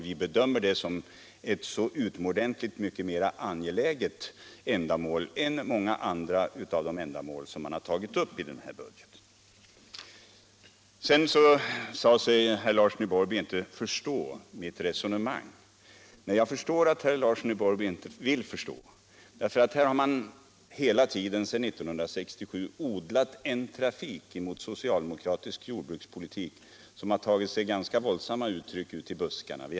Vi bedömer den ökningen som utomordentligt viktig jämfört med många andra ändamål som behandlats mera rundhänt i budgeten. Herr Larsson i Borrby sade sig inte förstå mitt resonemang. Nej, jag förstår att herr Larsson i Borrby inte vill förstå. Här har man hela tiden sedan 1967 drivit en propaganda mot socialdemokratisk jordbrukspolitik som har tagit sig ganska våldsamma uttryck ”ute i buskarna”.